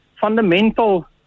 fundamental